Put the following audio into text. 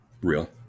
Real